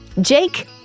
Jake